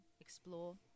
explore